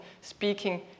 speaking